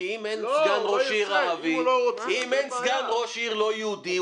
כי אם אין סגן ראש עיר לא יהודי,